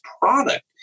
product